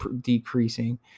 decreasing